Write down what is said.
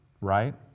Right